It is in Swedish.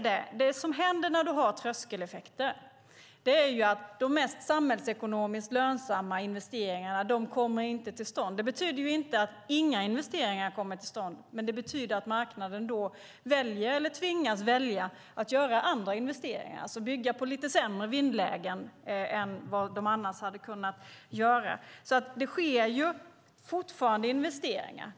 Det som händer med tröskeleffekter är att de mest samhällsekonomiskt lönsamma investeringarna inte kommer till stånd. Det betyder inte att inga investeringar kommer till stånd, men det betyder att marknaden väljer, eller tvingas välja, att göra andra investeringar, till exempel bygga på sämre vindlägen än annars. Det sker fortfarande investeringar.